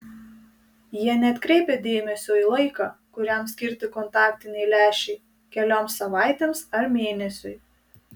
jie neatkreipia dėmesio į laiką kuriam skirti kontaktiniai lęšiai kelioms savaitėms ar mėnesiui